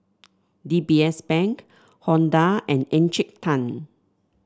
D B S Bank Honda and Encik Tan